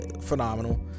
phenomenal